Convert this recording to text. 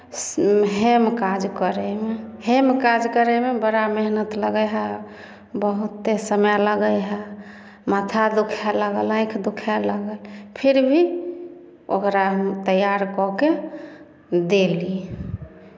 हेम काज करयमे हेम काज करयमे बड़ा मेहनति लगै हए बहुते समय लगै हए माथा दुखय लागल आँखि दुखय लागत फेर भी ओकरा हम तैयार कऽ कऽ देली